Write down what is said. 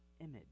image